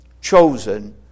chosen